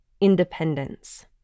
independence